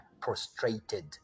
prostrated